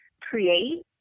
create